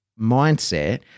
mindset